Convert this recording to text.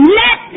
let